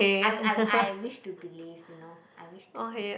I I I wish to believe you know I wish to